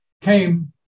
came